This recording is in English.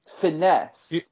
finesse